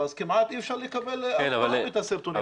אז כמעט אי אפשר לקבל את הסרטונים הללו.